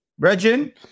Regin